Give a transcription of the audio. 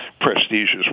prestigious